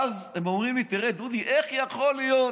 ואז הם אומרים לי: תראה, דודי, איך יכול להיות